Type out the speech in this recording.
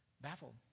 baffled